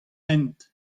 hent